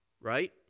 right